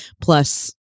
plus